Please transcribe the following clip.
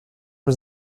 was